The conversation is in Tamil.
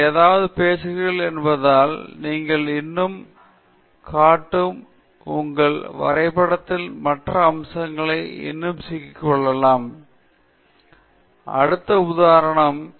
நீங்கள் ஏதாவது பேசுகிறீர்கள் என்பதால் நீங்கள் இன்னும் காட்டும் உங்கள் வரைபடத்தின் மற்ற அம்சங்களில் இன்னும் சிக்கிக்கொள்ளலாம் மேலும் அந்த வரைபடத்திலுள்ள அனைத்து தரவையும் கொண்டிருப்பது உண்மையிலேயே உங்களுக்கு சரமாக வெளிப்படுத்த முயற்சிக்கும் ஒரு சிறந்த உணர்வைக் கொடுக்க உதவுகிறது